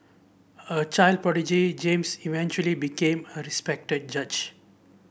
a child prodigy James eventually became a respected judge